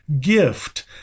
gift